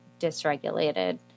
dysregulated